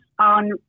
on